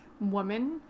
woman